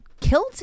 killed